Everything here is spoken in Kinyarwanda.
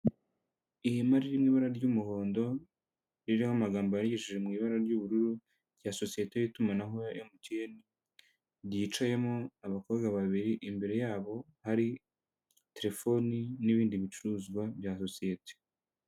Ihema riri mu ibara ry'umuhondo, ririho amagambo yandikishije mu ibara ry'ubururu, rya sosiyete y'itumanaho ya MTN, ryicayemo abakobwa babiri, imbere yabo hari terefoni n'ibindi bicuruzwa bya sosiyete.